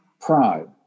pride